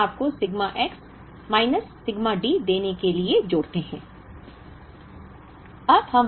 तो वे आपको sigma X minus sigma D देने के लिए जोड़ते हैं